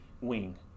wing